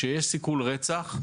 כשיש סיכול רצח,